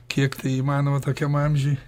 kiek tai įmanoma tokiam amžiuj